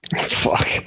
Fuck